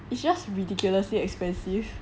it's just ridiculously expensive